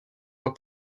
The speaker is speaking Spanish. dos